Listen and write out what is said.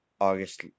August